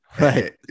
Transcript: Right